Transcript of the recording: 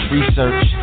Research